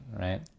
right